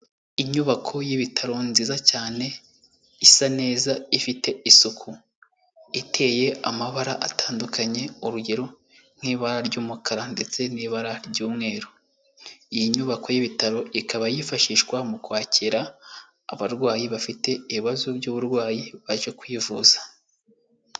Inyubako y'ibitaro nziza cyane isa neza ifite isuku, iteye amabara atandukanye urugero nk'ibara ry'umukara ndetse n'ibara ry'umweru. Iyi nyubako y'ibitaro ikaba yifashishwa mu kwakira abarwayi bafite ibibazo by'uburwayi baje kwivuza.